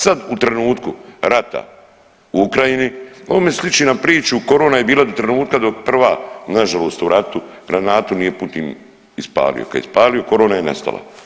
Sad u trenutku rata u Ukrajini, ovo mi sliči na priču korona je bila do trenutka prva nažalost u ratu granatu nije Putin ispalio, kad je ispalio korona je nestala.